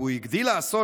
אבל הוא הגדיל לעשות,